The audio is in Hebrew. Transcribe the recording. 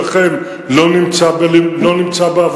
שלכם לא נמצא בעבודה,